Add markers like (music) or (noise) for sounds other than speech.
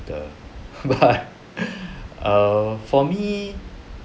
(laughs) err for me